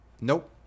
Nope